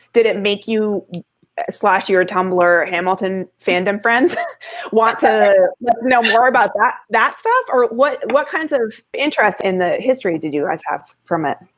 did it make you slash your tumblr? hamilton fandom friends want to know more about that that stuff or what? what kinds of interest in the history did you guys have from it?